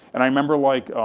and i remember like,